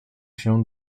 się